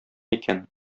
икән